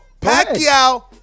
Pacquiao